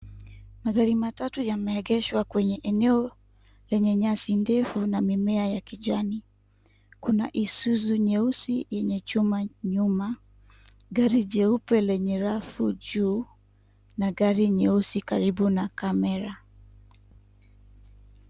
Magari matatu yameegeshwa kwenye eneo lenye nyasi ndefu na mimea ya kijani, kuna Isuzu nyeusi yenye chuma nyuma , gari jeupe lenye rafu juu , na gari nyeusi karibu na camera .